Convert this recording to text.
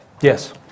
Yes